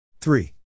three